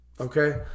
okay